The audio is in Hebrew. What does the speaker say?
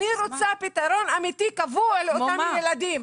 אני רוצה פתרון אמיתי קבוע לאותם ילדים,